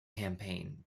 campaign